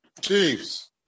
Chiefs